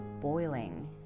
boiling